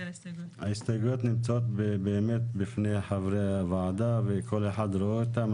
ההסתייגויות נמצאות בפני חברי הוועדה וכל אחד רואה אותן.